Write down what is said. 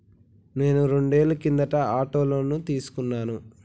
నేను రెండేళ్ల కిందట ఆటో లోను తీసుకున్నాను